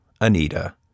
Anita